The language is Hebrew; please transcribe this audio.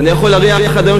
אני יכול להריח עד היום,